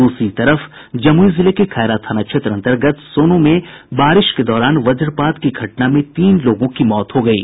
दूसरी तरफ जमुई जिले के खैरा थाना क्षेत्र अंतर्गत सोनो में बारिश के दौरान वज्रपात की घटना में तीन लोगों की मौत हो गयी